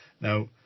Now